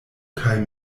kaj